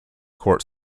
court